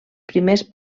primers